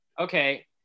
okay